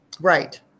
Right